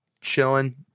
chilling